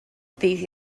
ddydd